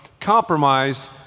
compromise